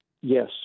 Yes